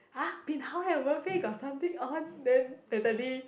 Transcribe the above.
!huh! bin hao and Wen Fei got something on then Natalie